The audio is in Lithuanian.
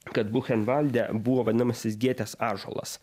kad buchenvalde buvo vadinamasis gėtės ąžuolas